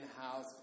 House